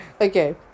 okay